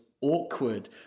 awkward